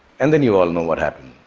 and then you all know what happened.